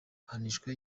ahanishwa